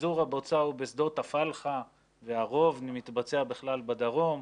פיזור הבוצה הוא הוא בשדות הפלחה והרוב מתבצע בכלל בדרום,